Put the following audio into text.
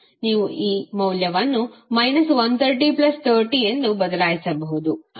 ನೀವು ಈ ಮೌಲ್ಯವನ್ನು 130 30 ಎಂದು ಬದಲಾಯಿಸಬಹುದು